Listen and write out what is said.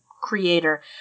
creator